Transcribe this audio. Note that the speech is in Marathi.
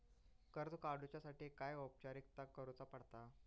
कर्ज काडुच्यासाठी काय औपचारिकता करुचा पडता?